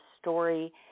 story